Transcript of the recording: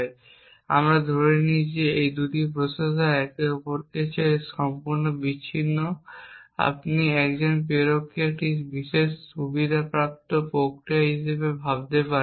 এবং আমরা ধরে নিই যে এই 2টি প্রসেসর একে অপরের থেকে সম্পূর্ণ বিচ্ছিন্ন আপনি একজন প্রেরককে একটি বিশেষ সুবিধাপ্রাপ্ত প্রক্রিয়া হিসাবে ভাবতে পারেন